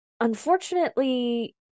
unfortunately